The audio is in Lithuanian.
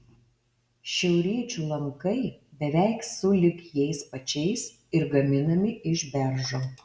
šiauriečių lankai beveik sulig jais pačiais ir gaminami iš beržo